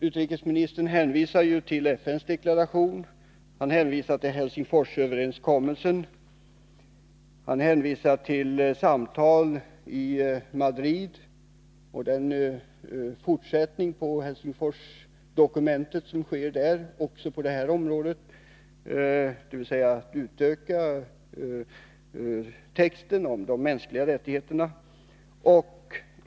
Utrikesministern hänvisar till FN:s deklaration om de mänskliga rättigheterna, till Helsingforsöverenskommelsen och till de samtal som vid uppföljningsmötet i Madrid också förs om en utvidgning på detta område av texten om de mänskliga rättigheterna.